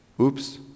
Oops